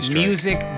music